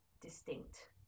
distinct